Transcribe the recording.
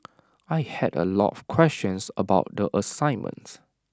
I had A lot of questions about the assignment